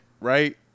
right